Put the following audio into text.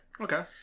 Okay